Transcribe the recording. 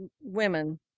women